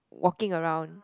walking around